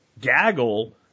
gaggle